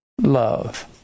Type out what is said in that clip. love